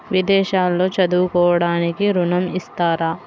విదేశాల్లో చదువుకోవడానికి ఋణం ఇస్తారా?